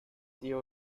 eel